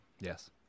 Yes